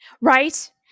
Right